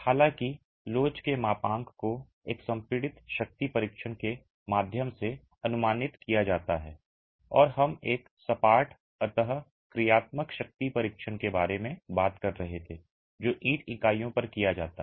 हालांकि लोच के मापांक को एक संपीड़ित शक्ति परीक्षण के माध्यम से अनुमानित किया जाता है और हम एक सपाट अंतःक्रियात्मक शक्ति परीक्षण के बारे में बात कर रहे थे जो ईंट इकाइयों पर किया जाता है